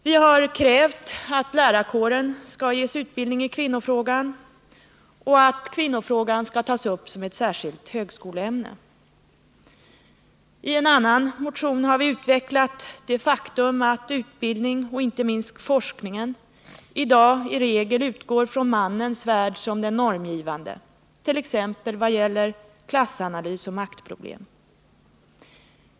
Vi har krävt att lärarkåren skall ges utbildning i kvinnofrågan och att kvinnofrågan skall tas upp som ett särskilt högskoleämne. I en annan partimotion har vi utvecklat det faktum att utbildningen och inte minst forskningen i dag i regel utgår från mannens värld som den normgivande, t.ex. vad gäller klassanalys och maktproblem.